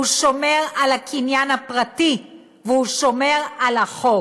הוא שומר על הקניין הפרטי והוא שומר על החוק.